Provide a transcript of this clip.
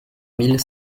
mille